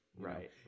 Right